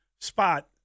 spot